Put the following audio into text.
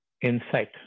insight